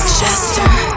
Chester